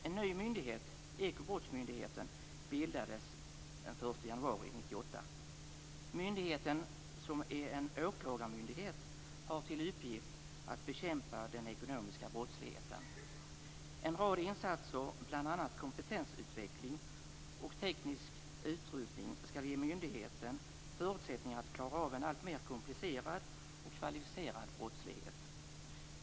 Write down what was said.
En ny myndighet, Ekobrottsmyndigheten, bildades den 1 januari 1998. Myndigheten, som är en åklagarmyndighet, har till uppgift att bekämpa den ekonomiska brottsligheten. En rad insatser, bl.a. kompetensutveckling och teknisk utrustning, skall ge myndigheten förutsättningar att klara av en alltmer komplicerad och kvalificerad brottslighet.